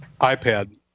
iPad